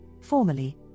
formerly